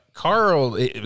Carl